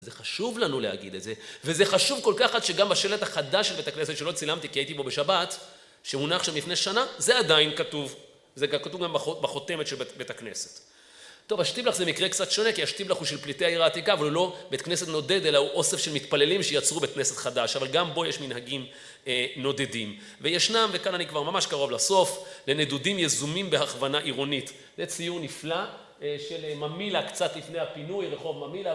זה חשוב לנו להגיד את זה, וזה חשוב כל כך עד שגם בשלט החדש של בית הכנסת, שלא צילמתי כי הייתי בו בשבת, שמונח שם לפני שנה, זה עדיין כתוב. זה גם כתוב בחותמת של בית הכנסת. טוב, השטיבלך זה מקרה קצת שונה, כי השטיבלך הוא של פליטי העיר העתיקה, אבל הוא לא בית כנסת נודד, אלא הוא אוסף של מתפללים שיצרו בית כנסת חדש, אבל גם בו יש מנהגים נודדים. וישנם, וכאן אני כבר ממש קרוב לסוף, לנדודים יזומים בהכוונה עירונית. זה ציור נפלא של ממילא קצת לפני הפינוי, רחוב ממילא